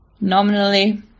nominally